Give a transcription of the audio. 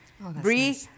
Bree